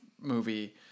movie